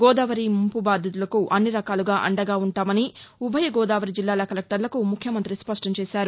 గోదావరి ముంపు బాధితులకు అన్నిరకాలుగా అండగా ఉంటామని ఉభయ గోదావరి జిల్లాల కలెక్టర్లకు ముఖ్యమంత్రి స్పష్టం చేశారు